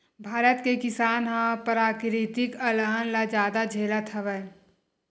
भारत के किसान ह पराकिरितिक अलहन ल जादा झेलत हवय